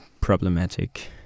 problematic